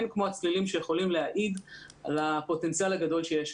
אין כמו הצלילים שיכולים להעיד על הפוטנציאל הגדול שיש.